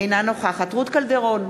אינה נוכחת רות קלדרון,